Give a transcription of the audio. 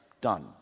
Done